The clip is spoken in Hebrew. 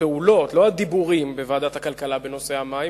לא הדיבורים, בוועדת הכלכלה בנושא המים.